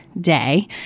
day